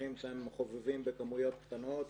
מבריחים חובבים שמבריחים בכמויות קטנות,